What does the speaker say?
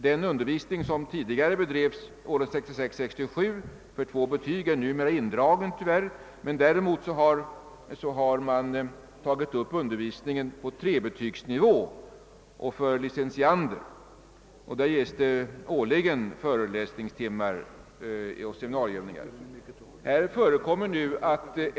Den undervisning för två betyg som bedrevs under 1966 och 1967 är numera tyvärr indragen; däremot har man tagit upp undervisning på trebetygsnivå och undervisning för licentiander. Antalet föreläsningstimmar per år är cirka 40 och antalet timmar för seminarieövningar likaså 40.